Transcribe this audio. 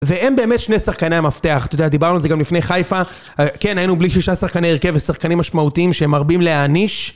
והם באמת שני שחקני המפתח, אתה יודע, דיברנו על זה גם לפני חיפה. כן, היינו בלי שישה שחקני הרכב ושחקנים משמעותיים שהם מרבים להעניש.